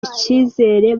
icyizere